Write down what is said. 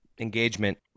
engagement